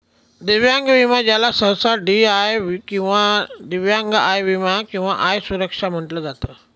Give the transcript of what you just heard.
दिव्यांग विमा ज्याला सहसा डी.आय किंवा दिव्यांग आय विमा किंवा आय सुरक्षा म्हटलं जात